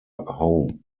home